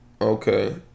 Okay